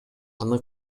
аны